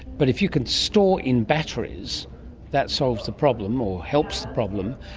but if you can store in batteries that solves the problem or helps the problem.